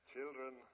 Children